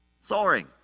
Soaring